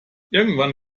irgendwann